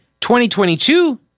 2022